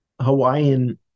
Hawaiian